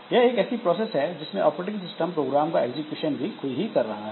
यह एक ऐसी प्रोसेस है जिसमें ऑपरेटिंग सिस्टम प्रोग्राम का एग्जीक्यूशन भी खुद ही कर रहा है